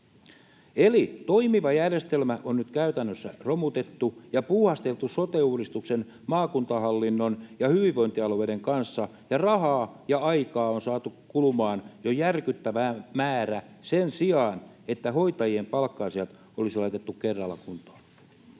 Eli toimiva järjestelmä on nyt käytännössä romutettu ja puuhasteltu sote-uudistuksen maakuntahallinnon ja hyvinvointialueiden kanssa, ja rahaa ja aikaa on saatu kulumaan jo järkyttävä määrä, sen sijaan, että hoitajien palkka-asiat olisi laitettu kerralla kuntoon.